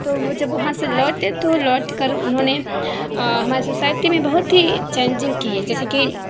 تو وہ جب وہاں سے لوٹے تو لوٹ کر انہوں نے ہمارے سوسائٹی میں بہت ہی چینجنگ کیے جیسے کہ